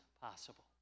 possible